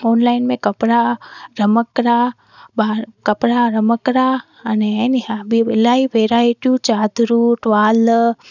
online में कपिड़ा रमकड़ा बा कपिड़ा रमकड़ा अने इहे नीं ॿी इलाही वैराइटियूं चादरूं टुवाल